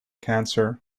cancer